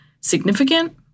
significant